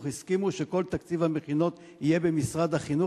הסכימו שכל תקציב המכינות יהיה במשרד החינוך,